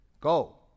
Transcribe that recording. Go